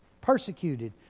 Persecuted